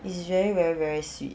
it's very very very sweet